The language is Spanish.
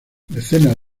decenas